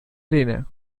arena